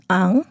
ang